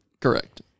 Correct